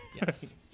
Yes